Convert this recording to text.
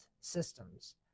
systems